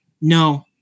No